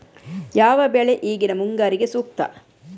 ಯಾವ ಬೆಳೆ ಈಗಿನ ಮುಂಗಾರಿಗೆ ಸೂಕ್ತ?